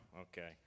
Okay